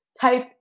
type